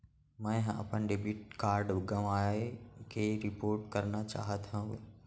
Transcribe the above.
मै हा अपन डेबिट कार्ड गवाएं के रिपोर्ट करना चाहत हव